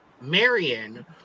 Marion